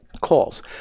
calls